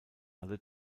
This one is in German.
alle